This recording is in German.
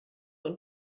und